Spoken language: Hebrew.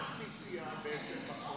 מה את מציעה בחוק, בעצם?